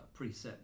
preset